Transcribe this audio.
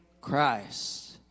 Christ